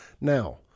now